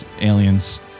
Aliens